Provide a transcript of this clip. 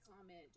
comment